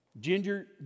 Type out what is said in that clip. Ginger